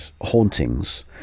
hauntings